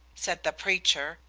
said the preacher,